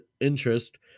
interest